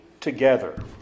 together